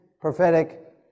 prophetic